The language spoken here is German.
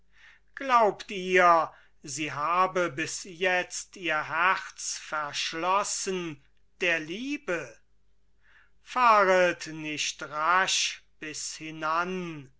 glaubt ihr sie habe bis jetzt ihr herz verschlossen der liebe fahret nicht rasch bis hinan